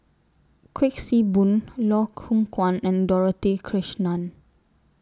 Kuik Swee Boon Loh Hoong Kwan and Dorothy Krishnan